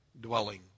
dwelling